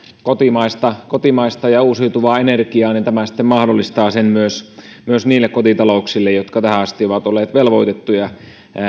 kotimaista kotimaista ja uusiutuvaa energiaa niin tämä sitten mahdollistaa sen myös myös niille kotitalouksille jotka tähän asti ovat olleet velvoitettuja